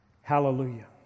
Hallelujah